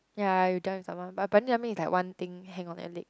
ya you dive with someone but bungee jumping is like one thing hang on your leg